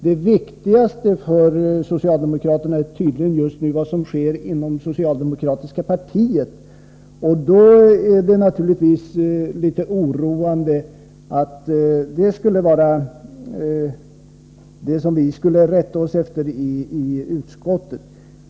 Det viktigaste för socialdemokraterna är tydligen just nu vad som sker inom det socialdemokratiska partiet. Då är det naturligtvis litet oroande om detta skulle vara vad vi skall rätta oss efter i utskottet.